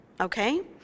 okay